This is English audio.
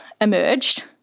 emerged